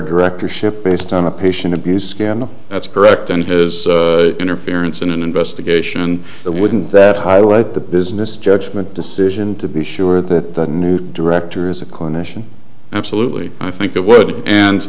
directorship based on a patient abuse scandal that's correct and his interference in an investigation that wouldn't that highlight the business judgment decision to be sure that the new director is a clinician absolutely i think it would and